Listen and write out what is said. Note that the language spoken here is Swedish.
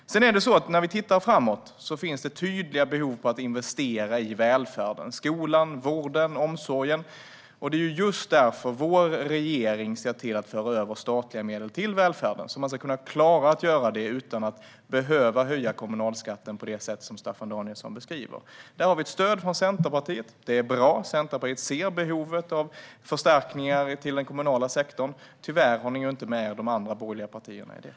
När vi tittar framåt ser vi att det finns tydliga behov av att investera i välfärden - skolan, vården, omsorgen - och det är ju just därför vår regering ser till att föra över statliga medel till välfärden så att man ska kunna klara att göra det utan att behöva höja kommunalskatten på det sätt som Staffan Danielsson beskriver. I detta har vi ett stöd från Centerpartiet. Det är bra. Centerpartiet ser behovet av förstärkningar till den kommunala sektorn. Tyvärr har ni inte med er de andra borgerliga partierna i det.